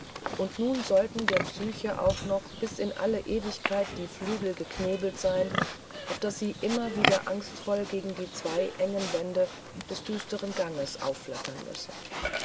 und nun sollten der psyche auch noch bis in alle ewigkeit die flügel geknebelt sein auf daß sie immer wieder angstvoll gegen die zwei engen wände des düsteren ganges aufflattern müsse